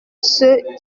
ceux